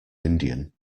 indian